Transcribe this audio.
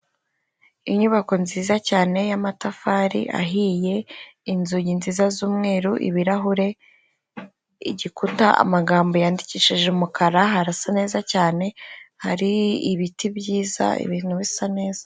Inyubako nziza cyane y'amatafari ahiye, inzugi nziza z'umweru, ibirahure, igikuta, amagambo yandikishije umukara hararasa neza cyane, hari ibiti byiza, ibintu bisa neza.